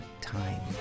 time